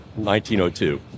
1902